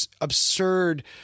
absurd